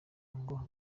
ngo